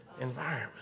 environment